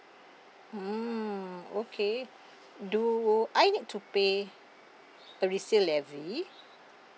mm okay do I need to pay a resale levy